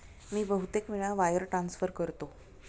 मी बहुतेक वेळा wire transfer करतो